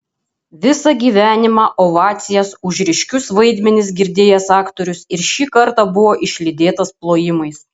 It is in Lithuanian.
visą gyvenimą ovacijas už ryškius vaidmenis girdėjęs aktorius ir šį kartą buvo išlydėtas plojimais